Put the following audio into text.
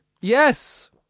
Yes